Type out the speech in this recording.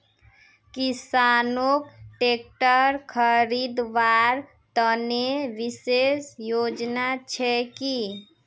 किसानोक ट्रेक्टर खरीदवार तने विशेष योजना छे कि?